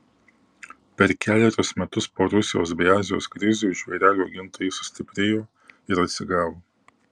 per kelerius metus po rusijos bei azijos krizių žvėrelių augintojai sustiprėjo ir atsigavo